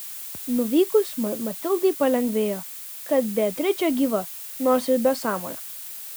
nuvykus matildai palengvėjo kad beatričė gyva nors ir be sąmonės